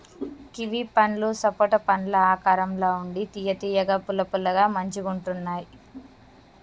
kiwi పండ్లు సపోటా పండ్ల ఆకారం ల ఉండి తియ్య తియ్యగా పుల్ల పుల్లగా మంచిగుంటున్నాయ్